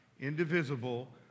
indivisible